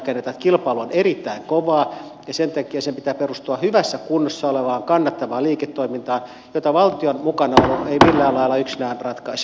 kilpailu on erittäin kovaa ja sen takia sen pitää perustua hyvässä kunnossa olevaan kannattavaan liiketoimintaan jota valtion mukanaolo ei millään lailla yksinään ratkaise